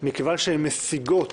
מכיוון שהן מסיגות